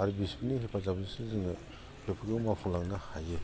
आरो बिसोरनि हेफाजाबावसो जोङो बेफोरखौ मावफुंलांनो हायो